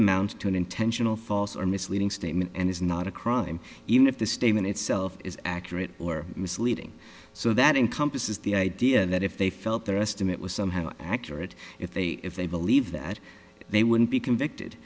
amount to an intentional false or misleading statement and is not a crime even if the statement itself is accurate or misleading so that encompasses the idea that if they felt their estimate was somehow accurate if they if they believe that they wouldn't be convicted